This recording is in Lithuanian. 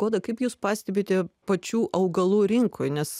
goda kaip jūs pastebite pačių augalų rinkoj nes